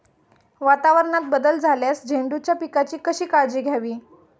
वातावरणात बदल झाल्यास झेंडूच्या पिकाची कशी काळजी घ्यावी?